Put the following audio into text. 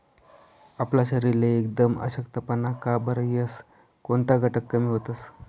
आपला शरीरले एकदम अशक्तपणा का बरं येस? कोनता घटक कमी व्हतंस?